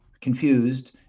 confused